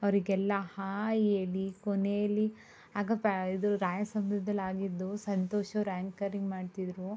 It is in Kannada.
ಅವರಿಗೆಲ್ಲ ಹಾಯ್ ಹೇಳಿ ಕೊನೇಲಿ ಆಗ ಪ್ಯಾ ಇದು ರಾಯಸಮುದ್ರದಲ್ಲಿ ಆಗಿದ್ದು ಸಂತೋಷವ್ರು ಆ್ಯಂಕರಿಂಗ್ ಮಾಡ್ತಿದ್ದರು